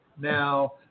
now